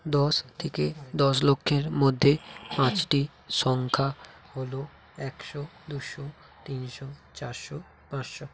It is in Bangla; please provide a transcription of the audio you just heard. দশ থেকে দশ লক্ষের মধ্যে পাঁচটি সংখ্যা হলো একশো দুশো তিনশো চারশো পাঁচশো